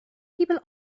people